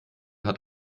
hat